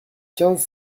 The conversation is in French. quinze